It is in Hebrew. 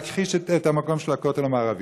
להכחיש את המקום של הכותל המערבי.